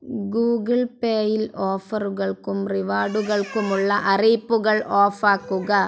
Google പേയിൽ ഓഫറുകൾക്കും റിവാഡുകൾക്കുമുള്ള അറിയിപ്പുകൾ ഓഫ് ആക്കുക